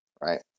right